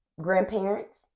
grandparents